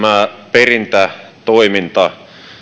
perintätoiminta